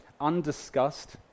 undiscussed